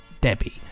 Debbie